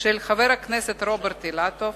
של חבר הכנסת רוברט אילטוב,